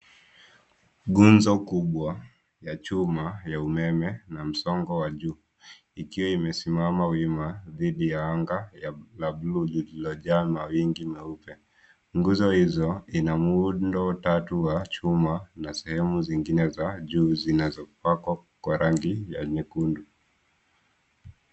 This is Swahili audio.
Nguzo kubwa ya chuma ya umeme na msongo wa juu, ikiwa imesimama wima dhidi ya anga la bluu ililojaa mawingu meupe. Nguzo hizo, ina muundo tatu wa chuma, na sehemu zingine za juu zinazopakwa kwa rangi ya nyekundu.